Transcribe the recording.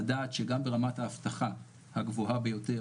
לדעת שגם ברמת האבטחה הגבוהה ביותר,